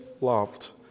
loved